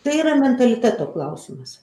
tai yra mentaliteto klausimas